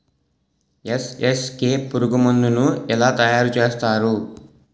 NSK పురుగు మందు ను ఎలా తయారు చేస్తారు?